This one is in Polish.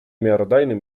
miarodajnym